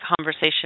conversation